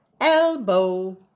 Elbow